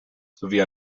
sowie